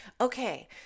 Okay